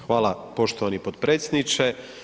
Hvala poštovani potpredsjedniče.